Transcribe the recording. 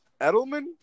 Edelman